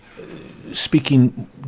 speaking